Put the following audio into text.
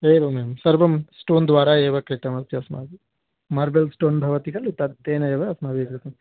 एवमेवं सर्वं स्टोन्द्वारा एव कृतमस्ति अस्माभिः मार्बल् स्टोन् भवति खलु तत् तेन एव अस्माभिः कृतं